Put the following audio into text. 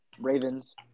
Ravens